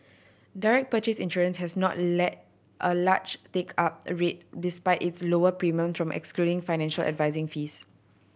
direct purchase insurance has not lead a large take up rate despite its lower premium from excluding financial advising fees